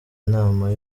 inama